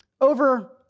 over